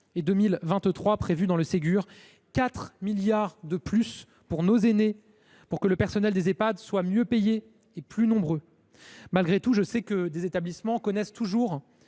: cela signifie 4 milliards d’euros de plus pour nos aînés, pour que le personnel des Ehpad soit mieux payé et plus nombreux. Malgré tout, je sais que des établissements connaissent toujours